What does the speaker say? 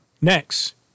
next